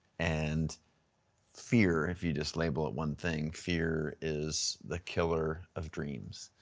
and fear, if you just label it one thing, fear is the killer of dreams.